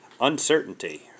uncertainty